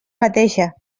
mateixa